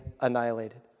annihilated